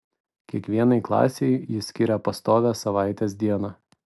kiekvienai klasei ji skiria pastovią savaitės dieną